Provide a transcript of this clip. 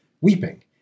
weeping